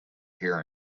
hear